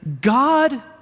God